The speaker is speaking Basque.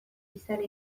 izan